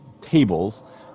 tables